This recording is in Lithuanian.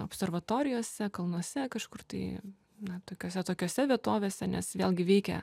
observatorijose kalnuose kažkur tai na tokiose atokiose vietovėse nes vėlgi veikia